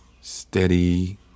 steady